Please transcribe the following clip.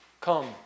come